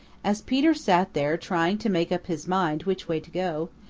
as peter sat there trying to make up his mind which way to go,